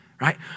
Right